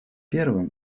первым